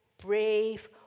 brave